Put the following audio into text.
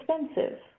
expensive